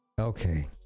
Okay